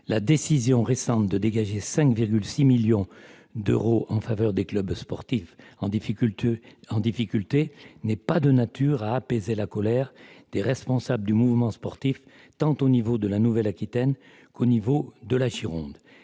La décision récente de dégager 5,6 millions d'euros en faveur des clubs sportifs en difficulté n'est pas de nature à apaiser la colère des responsables du mouvement sportif, tant à l'échelle de la Nouvelle-Aquitaine qu'à celle du